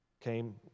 came